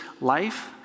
life